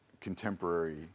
contemporary